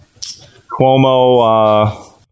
cuomo